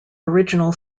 original